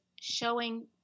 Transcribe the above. showing